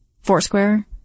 Foursquare